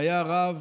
שהיה רב